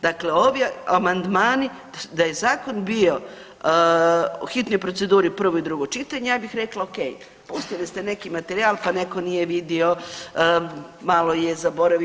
Dakle, ovi amandmani da je zakon bio u hitnoj proceduri prvo i drugo čitanje ja bih rekla o.k. Pustili ste neki materijal, pa netko nije vidio, malo je zaboravio.